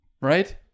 Right